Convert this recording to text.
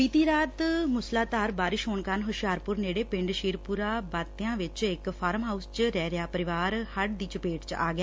ਬੀਤੀ ਰਾਤ ਮੁਸਲਾਧਾਰ ਬਾਰਿਸ਼ ਹੋਣ ਕਾਰਨ ਹੁਸ਼ਿਆਰਪੁਰ ਨੇੜੇ ਪਿੰਡ ਸ਼ੇਰਪੁਰ ਬਾਤਿਆ ਵਿਚ ਇਕ ਫਾਰਮ ਹਾਉਸ ਚ ਰਹਿ ਰਿਹਾ ਪਰਿਵਾਰ ਹੜ ਦੀ ਚਪੇਟ ਚ ਆ ਗਿਆ